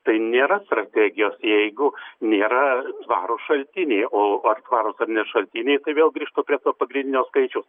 tai nėra strategijos jeigu nėra tvarūs šaltiniai o ar tvarūs ar ne šaltiniai tai vėl grįžtu prie to pagrindinio skaičiaus